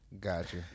Gotcha